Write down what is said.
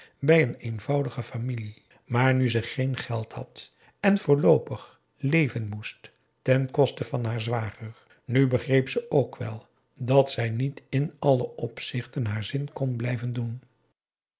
bij een eenvoudige familie maar nu ze geen geld had en voorloopig leven moest ten koste van haar zwager nu begreep ze ook wel dat zij niet in alle opzichten haar zin kon blijven doen